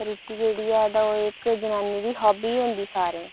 ते रुट्टी जेह्ड़ी ऐ ओह् इक्क हॉबी जनानियें दी